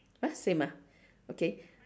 ah same ah okay